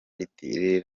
riti